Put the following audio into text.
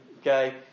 okay